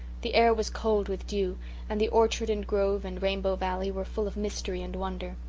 the air was cold with dew and the orchard and grove and rainbow valley were full of mystery and wonder.